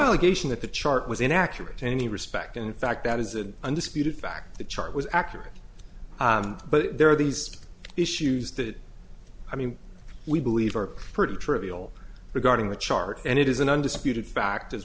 allegation that the chart was inaccurate in any respect in fact that is an undisputed fact the chart was accurate but there are these issues that i mean we believe are pretty trivial regarding the chart and it is an undisputed fact as